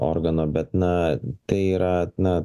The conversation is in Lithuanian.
organo bet na tai yra na